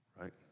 right